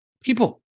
People